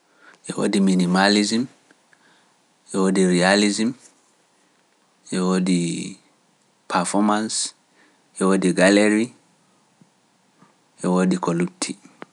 E wodii Minimalism, e wodii Realism, e wodii Performance, e wodii Galerie, e wodii ɗi ko ɗuuɗɗi.